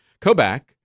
Kobach